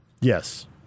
Yes